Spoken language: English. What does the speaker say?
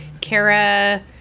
Kara